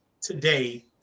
today